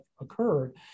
occurred